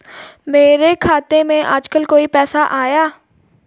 मेरे खाते में आजकल कोई पैसा आया?